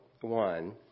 One